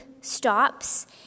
stops